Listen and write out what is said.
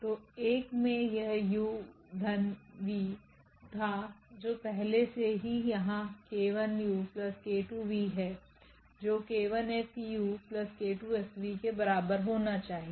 तो एक मे यह u प्लस v था जो पहले से ही यहां𝑘1𝑢 𝑘2𝑣 है जो 𝑘1F𝑢 𝑘2𝐹𝑣 केबराबर होना चाहिए